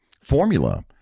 formula